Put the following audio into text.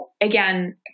again